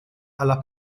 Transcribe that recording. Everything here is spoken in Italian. alla